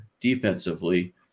defensively